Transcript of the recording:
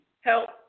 help